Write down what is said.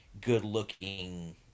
good-looking